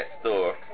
store